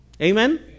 Amen